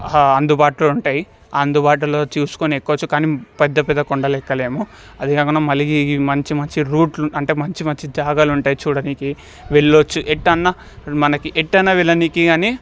అందుబాటులో ఉంటయి అందుబాటులో చూసుకుని ఎక్కవచ్చు కాని పెద్దపెద్ద కొండలెక్కలేము అదికాకుండా మళ్ళీ ఈ మంచి మంచి రూట్లు అంటే మంచి మంచి జాగలు ఉంటాయి చూడనీకి వెళ్లొచ్చు ఎటైనా మనకు ఎటైనా వెళ్లనీకి గానీ